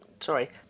sorry